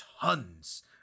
tons